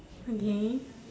okay